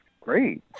great